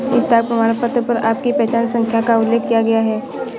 stock प्रमाणपत्र पर आपकी पहचान संख्या का उल्लेख किया गया है